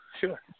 Sure